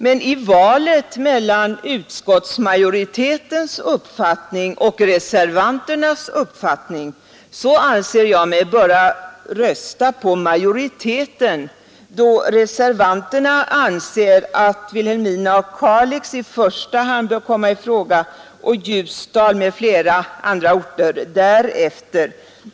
Men i valet mellan utskottsmajoritetens uppfattning och reservanternas uppfattning anser jag mig böra rösta på majoriteten, då reservanterna anser att Vilhelmina och Kalix i första hand bör komma i fråga och Ljusdal m.fl. andra orter därefter.